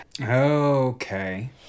Okay